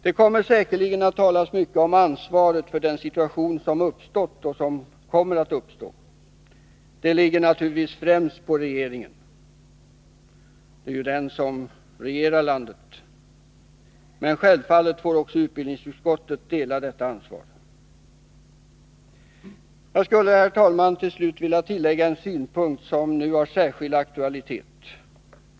Det kommer säkerligen att talas mycket om ansvaret för den situation som uppstått och som kommer att uppstå. Det ligger naturligtvis främst på regeringen; det är ju den som regerar landet. Men självfallet får också utbildningsutskottet dela detta ansvar. Jag skulle, herr talman, till slut vilja tillägga en synpunkt, som nu har särskild aktualitet.